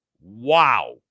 Wow